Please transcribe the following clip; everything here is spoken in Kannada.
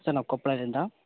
ಸರ್ ನಾವು ಕೊಪ್ಪಳದಿಂದ